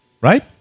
right